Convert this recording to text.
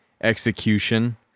execution